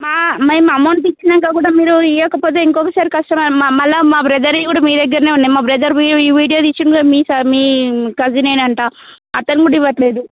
మా మేము అమౌంట్ ఇచ్చినాకా కూడా మీరు ఇవ్వకపోతే ఇంకోకసారి కస్టమర్ మా మరల బ్రదర్వి కూడా మీ దగ్గర ఉన్నాయి మా బ్రదర్వి వీడియో తీసింది కూడా మీ సార్ మీ కజిన్ అంట అతను కూడా ఇవ్వట్లేదు